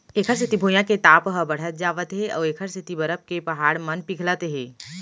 एखर सेती भुइयाँ के ताप ह बड़हत जावत हे अउ एखर सेती बरफ के पहाड़ मन पिघलत हे